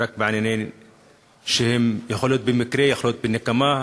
יכול להיות שבמקרה, יכול להיות כנקמה.